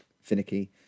finicky